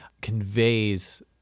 conveys